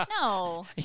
No